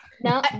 No